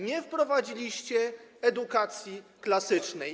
Nie wprowadziliście edukacji klasycznej.